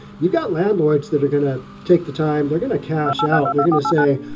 you've got landlords that are going to take the time they're going to cash out, they're going to say,